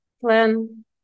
plan